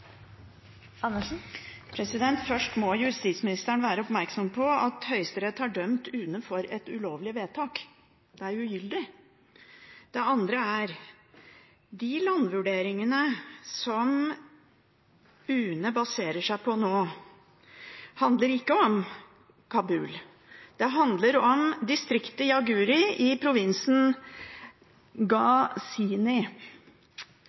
Først må justisministeren være oppmerksom på at Høyesterett har dømt UNE for et ulovlig vedtak. Det er ugyldig. Det andre er: De landvurderingene som UNE baserer seg på nå, handler ikke om Kabul. De handler om distriktet Jaghori i provinsen